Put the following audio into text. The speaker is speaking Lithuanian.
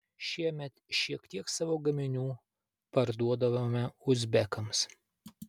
šiemet šiek tiek savo gaminių parduodavome uzbekams